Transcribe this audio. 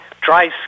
dry